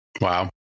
wow